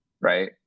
right